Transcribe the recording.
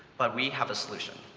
but we have a solution.